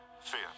fear